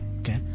okay